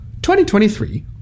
2023